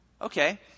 Okay